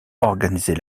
organiser